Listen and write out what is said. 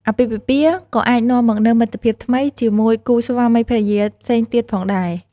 អាពាហ៍ពិពាហ៍ក៏អាចនាំមកនូវមិត្តភាពថ្មីជាមួយគូស្វាមីភរិយាផ្សេងទៀតផងដែរ។